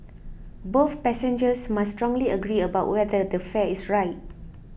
both passengers must strongly agree about whether the fare is right